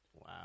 Wow